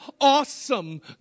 awesome